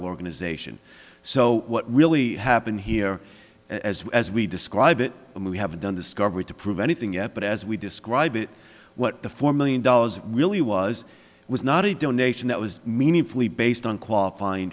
organization so what really happened here as well as we describe it and we haven't done discovery to prove anything yet but as we describe it what the four million dollars really was was not a donation that was meaningfully based on qualifying